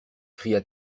cria